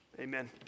Amen